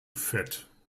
fett